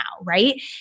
right